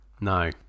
no